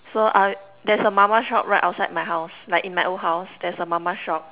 so I there's a mama shop right outside my house like in my old house there's a mama shop